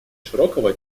широкого